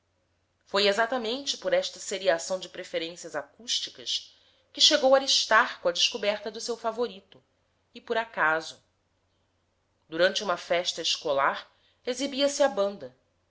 foi exatamente por esta seriação de preferências acústicas que chegou aristarco à descoberta do seu favorito e por acaso durante uma festa escolar exibia se a banda